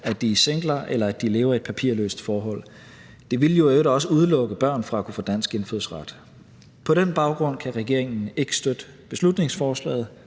at de er singler, eller at de lever i et papirløst forhold. Det ville jo i øvrigt også udelukke børn fra at kunne få dansk indfødsret. På den baggrund kan regeringen ikke støtte beslutningsforslaget.